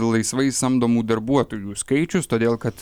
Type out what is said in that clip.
laisvai samdomų darbuotojų skaičius todėl kad